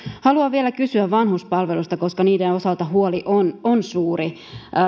haluan vielä kysyä vanhuspalveluista koska niiden osalta huoli on on suuri